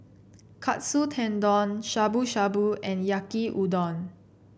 Katsu Tendon Shabu Shabu and Yaki Udon